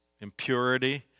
impurity